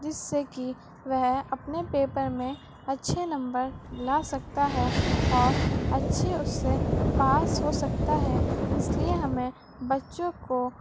جس سے کہ وہ اپنے پیپر میں اچھے نمبر لا سکتا ہے اور اچھے اس سے پاس ہو سکتا ہے اس لیے ہمیں بچوں کو